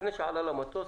לפני שעלה למטוס,